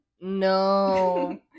No